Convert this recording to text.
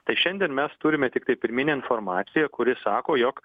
tai šiandien mes turime tiktai pirminę informaciją kuri sako jog